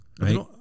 right